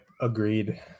agreed